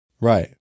Right